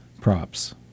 Props